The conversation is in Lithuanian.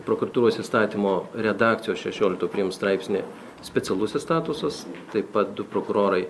prokuratūros įstatymo redakcijos šešiolikto prim straipsnį specialusis statusas taip pat du prokurorai